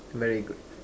very good